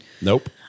Nope